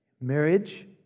marriage